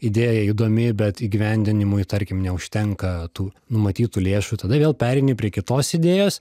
idėja įdomi bet įgyvendinimui tarkim neužtenka tų numatytų lėšų tada vėl pereini prie kitos idėjos